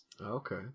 okay